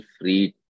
free